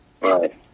Right